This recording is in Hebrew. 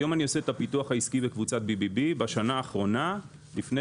בשנה האחרונה אני עוסק בפיתוח העסקי בקבוצת BBB. לפני